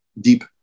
deep